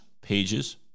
pages